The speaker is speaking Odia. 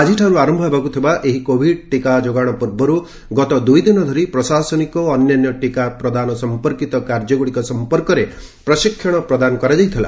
ଆଜିଠାରୁ ଆରମ୍ଭ ହେବାକୁ ଥିବା ଏହି କୋଭିଡ୍ ଟିକା ଯୋଗାଣ ପୂର୍ବରୁ ଗତ ଦୁଇଦିନ ଧରି ପ୍ରଶାସନିକ ଓ ଅନ୍ୟାନ୍ୟ ଟିକା ପ୍ରଦାନ ସଂପର୍କିତ କାର୍ଯ୍ୟଗୁଡ଼ିକ ସଂପର୍କରେ ପ୍ରଶିକ୍ଷଣ ପ୍ରଦାନ କରାଯାଇଥିଲା